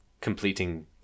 completing